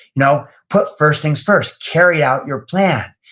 no, put first things first. carry out your plan.